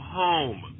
home